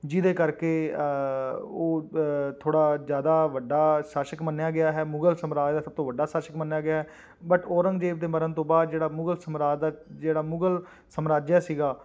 ਜਿਹਦੇ ਕਰਕੇ ਉਹ ਥੋੜ੍ਹਾ ਜ਼ਿਆਦਾ ਵੱਡਾ ਸ਼ਾਸਕ ਮੰਨਿਆ ਗਿਆ ਹੈ ਮੁਗਲ ਸਾਮਰਾਜ ਦਾ ਸਭ ਤੋਂ ਵੱਡਾ ਸ਼ਾਸਕ ਮੰਨਿਆ ਗਿਆ ਬਟ ਔਰੰਗਜ਼ੇਬ ਦੇ ਮਰਨ ਤੋਂ ਬਾਅਦ ਜਿਹੜਾ ਮੁਗਲ ਸਾਮਰਾਜ ਦਾ ਜਿਹੜਾ ਮੁਗਲ ਸਮਰਾਜਯ ਸੀਗਾ